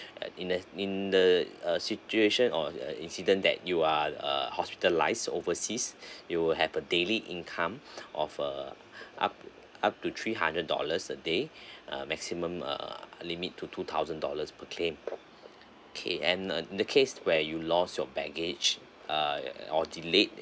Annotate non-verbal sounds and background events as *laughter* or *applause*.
at in the in the uh situation or in~ uh incident that you err hospitalised overseas *breath* you will have a daily income of uh up up to three hundred dollars a day *breath* uh maximum err limit to two thousand dollars per claim *noise* okay and uh the case where you lost your baggage err or delayed